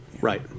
right